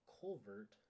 culvert